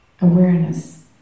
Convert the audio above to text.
awareness